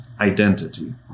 identity